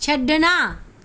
ਛੱਡਣਾ